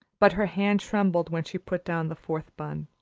but her hand trembled when she put down the fourth bun.